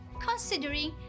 considering